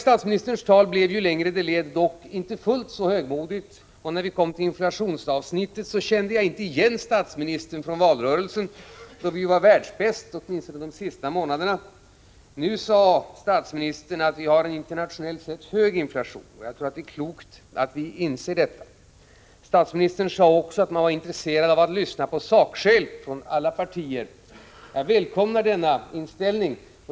Statsministerns tal blev dock ju längre det led mindre högmodigt, och när han kom till inflationsavsnittet kände jag inte igen statsministern från valrörelsen, då vi ju — åtminstone de sista månaderna — var världsbäst. Nu sade statsministern att vi har en internationellt sett hög inflation. Jag tror att det är klokt att vi inser detta. Statsministern sade också att regeringspartiet var intresserat av att lyssna på sakskäl från alla partier — jag välkomnar denna inställning.